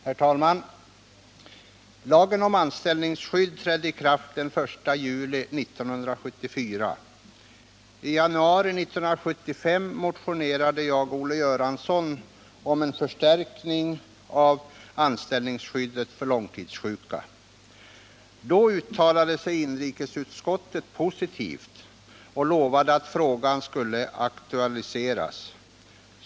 Herr talman! Lagen om anställningsskydd trädde i kraft den 1 juli 1974. I januari 1975 motionerade jag och Olle Göransson om en förstärkning av anställningsskyddet för långtidssjuka. Då uttalade sig inrikesutskottet positivt och lovade att frågan skulle aktualiseras.